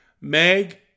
Meg